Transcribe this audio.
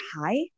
high